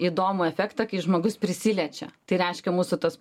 įdomų efektą kai žmogus prisiliečia tai reiškia mūsų tas